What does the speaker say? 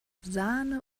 sahne